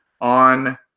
on